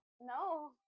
No